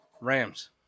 Rams